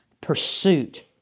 Pursuit